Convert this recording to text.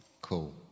Cool